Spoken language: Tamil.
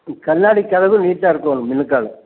ம் கண்ணாடி கதவு நீட்டாக இருக்கணும் நிலைக்காலு